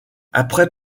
après